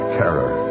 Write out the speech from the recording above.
terror